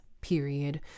period